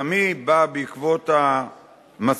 שגם היא באה בעקבות המסקנות,